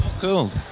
Cool